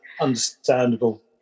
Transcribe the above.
understandable